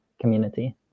community